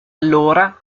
allora